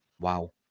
wow